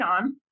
on